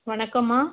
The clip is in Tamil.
வணக்கம்மா